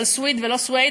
סוִיד ולא סוֵיד,